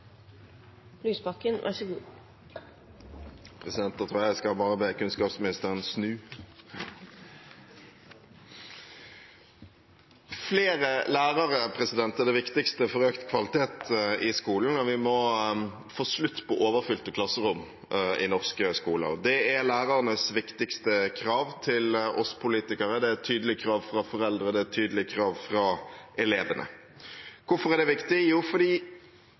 det viktigste for økt kvalitet i skolen, og vi må få slutt på overfylte klasserom i norske skoler. Det er lærernes viktigste krav til oss politikere, det er et tydelig krav fra foreldre, det er et tydelig krav fra elevene. Hvorfor er det viktig? Jo, det er fordi